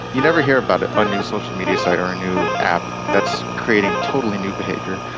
you never hear about ah a new social media site or a new app that's creating totally new behaviour.